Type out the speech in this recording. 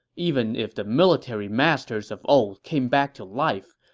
even if the military masters of old came back to life,